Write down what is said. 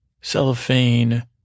cellophane